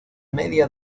media